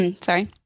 sorry